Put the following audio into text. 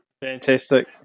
fantastic